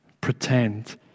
pretend